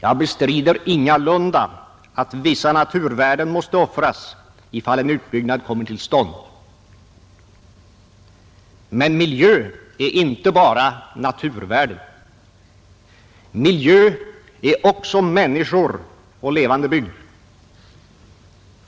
Jag bestrider ingalunda att vissa naturvärden måste offras, ifall en utbyggnad kommer till stånd. Men miljö är inte bara naturvärden. Miljö är också människor och levande bygd.